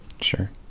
Sure